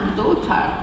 daughter